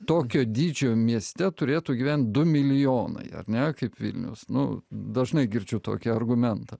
tokio dydžio mieste turėtų gyventi du milijonai ar ne kaip vilnius nu dažnai girdžiu tokį argumentą